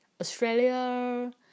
Australia